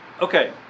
Okay